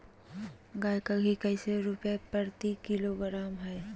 गाय का घी कैसे रुपए प्रति किलोग्राम है?